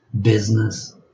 business